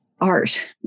art